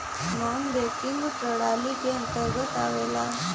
नानॅ banking प्रणाली के अंतर्गत आवेला